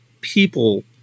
people